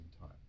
time